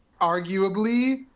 arguably